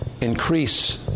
increase